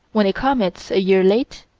when a comet's a year late,